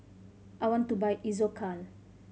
I want to buy Isocal